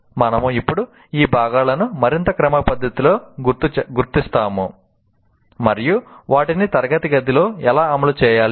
మనము ఇప్పుడు ఆ భాగాలను మరింత క్రమపద్ధతిలో గుర్తిస్తాము మరియు వాటిని తరగతి గదిలో ఎలా అమలు చేయాలి అని